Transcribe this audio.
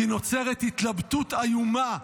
כי נוצרת התלבטות איומה,